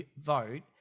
vote